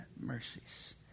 mercies